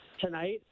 tonight